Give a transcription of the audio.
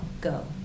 Go